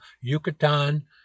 Yucatan